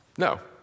No